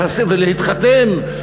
ולהתחתן,